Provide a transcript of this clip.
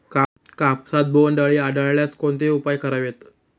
कापसात बोंडअळी आढळल्यास कोणते उपाय करावेत?